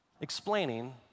explaining